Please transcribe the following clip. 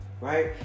right